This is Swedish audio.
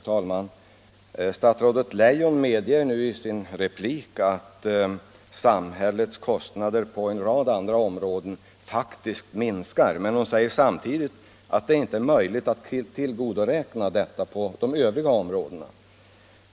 Herr talman! Statsrådet Leijon medger nu i sin replik att samhällets kostnader på en rad områden faktiskt minskar genom AMU-utbildningen, men hon säger samtidigt att det inte är möjligt att tillgodoräkna detta på de övriga områdena.